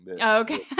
okay